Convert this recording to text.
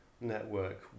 network